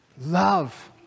Love